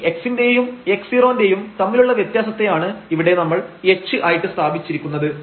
ഈ x ന്റെയും x0 ന്റെയും തമ്മിലുള്ള വ്യത്യാസത്തെ ആണ് ഇവിടെ നമ്മൾ h ആയിട്ട് സ്ഥാപിച്ചിരിക്കുന്നത്